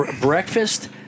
breakfast